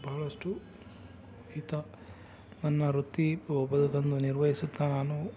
ಬಹಳಷ್ಟು ಹಿತ ನನ್ನ ವೃತ್ತಿ ಬದುಕನ್ನು ನಿರ್ವಹಿಸುತ್ತಾ ನಾನು